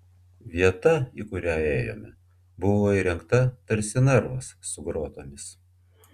vieta į kurią ėjome buvo įrengta tarsi narvas su grotomis